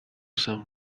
some